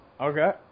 Okay